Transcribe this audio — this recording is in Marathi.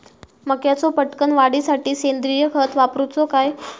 मक्याचो पटकन वाढीसाठी सेंद्रिय खत वापरूचो काय?